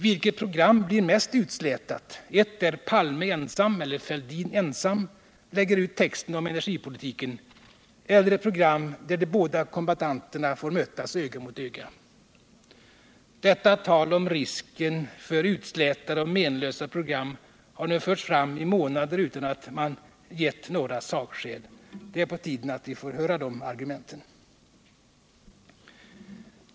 Vilket program blir mest utslätat, ett där Palme ensam — eller Fälldin ensam — lägger ut texten om energipolitiken eller ett program där de båda kombattanterna får mötas öga mot öga? Detta tal om risken för utslätade och menlösa program har nu pågått i månader utan att man gett några sakskäl — det är på tiden att vi får höra argumenten.